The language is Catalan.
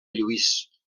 lluís